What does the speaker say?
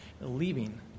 leaving